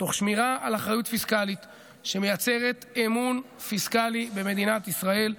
תוך שמירה על אחריות פיסקלית שמייצרת אמון פיסקלי במדינת ישראל,